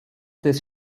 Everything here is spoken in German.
des